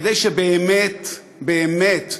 כדי שבאמת באמת,